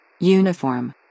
Uniform